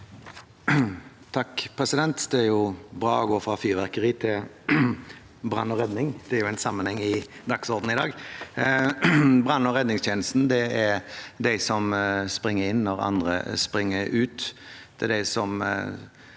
(H) Det er bra å gå fra fyrverkeri til brann og redning. Det er en sammenheng i dagsordenen i dag. Brann- og redningstjenesten er de som springer inn når andre springer ut.